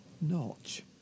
notch